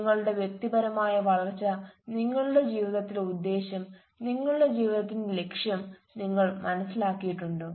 നിങ്ങളുടെ വ്യക്തിപരമായ വളർച്ച നിങ്ങളുടെ ജീവിതത്തിലെ ഉദ്ദേശ്യം നിങ്ങളുടെ ജീവിതത്തിന്റെ ലക്ഷ്യം നിങ്ങൾ മനസ്സിലാക്കിയിട്ടുണ്ടോ